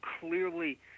clearly